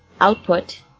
output